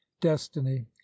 destiny